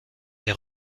est